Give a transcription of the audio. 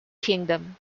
kingdom